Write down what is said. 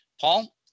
Paul